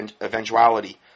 eventuality